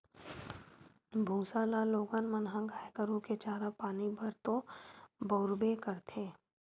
भूसा ल लोगन मन ह गाय गरु के चारा पानी बर तो बउरबे करथे